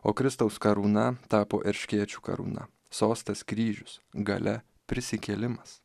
o kristaus karūna tapo erškėčių karūna sostas kryžius galia prisikėlimas